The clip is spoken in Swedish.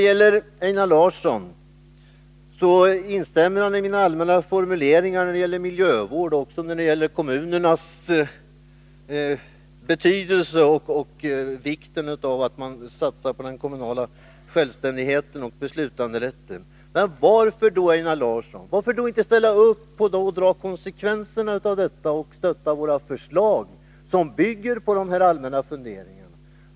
Einar Larsson instämmer i mina allmänna formuleringar när det gäller miljövård och också när det gäller kommunernas betydelse och vikten av att man satsar på den kommunala självständigheten och beslutanderätten. Men, Einar Larsson, varför då inte ställa upp och dra konsekvenserna av detta och stödja våra förslag, som bygger på de här allmänna funderingarna?